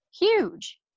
huge